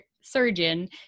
surgeon